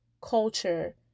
culture